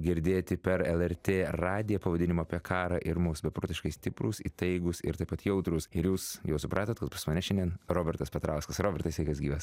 girdėti per lrt radiją pavadinimu apie karą ir mus beprotiškai stiprūs įtaigūs ir taip pat jautrūs ir jūs jau supratot kad pas mane šiandien robertas petrauskas robertai sveikas gyvas